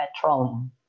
petroleum